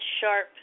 sharp